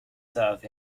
served